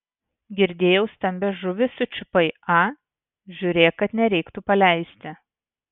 girdėjau stambią žuvį sučiupai a žiūrėk kad nereiktų paleisti